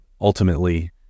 ultimately